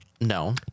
No